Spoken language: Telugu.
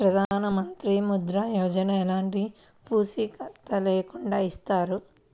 ప్రధానమంత్రి ముద్ర యోజన ఎలాంటి పూసికత్తు లేకుండా ఇస్తారా?